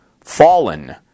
fallen